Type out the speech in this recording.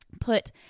put